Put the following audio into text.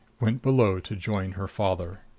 went below to join her father.